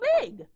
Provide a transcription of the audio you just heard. big